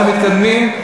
אנחנו מתקדמים.